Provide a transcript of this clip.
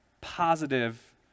positive